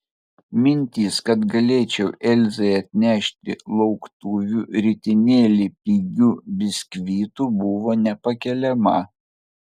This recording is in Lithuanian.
mintis kad galėčiau elzai atnešti lauktuvių ritinėlį pigių biskvitų buvo nepakeliama